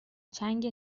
چنگ